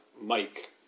Mike